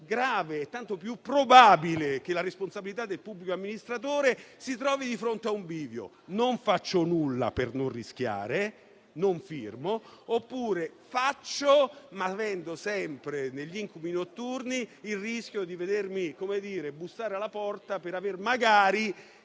grave e probabile che la responsabilità del pubblico amministratore si trovi di fronte a un bivio: non faccio nulla per non rischiare e non firmo oppure faccio, ma avendo sempre negli incubi notturni il rischio di vedermi bussare alla porta per aver